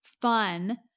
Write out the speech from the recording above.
fun